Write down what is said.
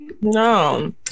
No